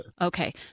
Okay